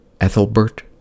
Ethelbert